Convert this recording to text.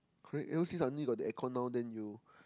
correct ever since I only got the aircon now then you